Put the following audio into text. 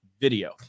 video